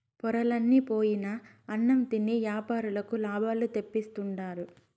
పొరలన్ని పోయిన అన్నం తిని యాపారులకు లాభాలు తెప్పిస్తుండారు